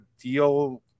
deal